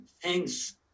thanks